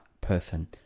person